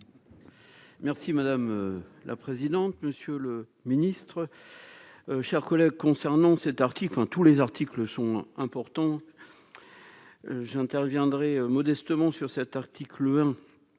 Merci madame la présidente, monsieur le ministre, chers collègues, concernant cet article, enfin tous les articles sont importants, j'interviendrai modestement sur cet article 1